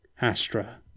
Astra